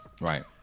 Right